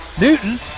Newton